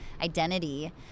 identity